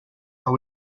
are